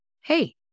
hey